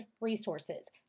resources